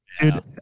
dude